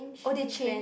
oh they changed